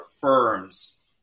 firms